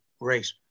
great